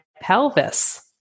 pelvis